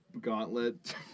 gauntlet